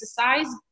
exercise